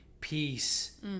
peace